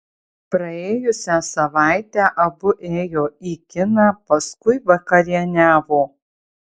praėjusią savaitę abu ėjo į kiną paskui vakarieniavo